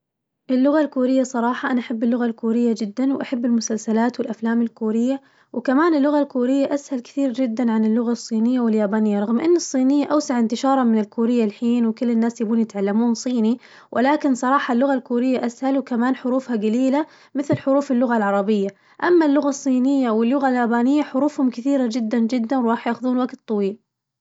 اللغة الكورية صراحة انا أحب اللغة الكورية جداً واحب المسلسلات والأفلام الكورية، وكمان اللغة الكورية أسهل كثير جداً عن اللغة الصينية واليابانية رغم إن الصينية أوسع انتشاراً من الكورية الحين وكل الناس يبون يتعلمون صيني، ولكن صراحة اللغة الكورية أسهل وكمان حروفها قليلة مثل حروف اللغة العربية، أما اللغة الصينية واللغة اليابانية حروفهم كثيرة جداً جداً وراح ياخذون وقت طويل.